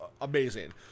amazing